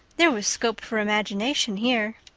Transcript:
there was scope for imagination here.